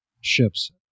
ships